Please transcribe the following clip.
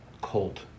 cold